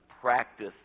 practice